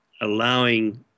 allowing